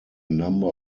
number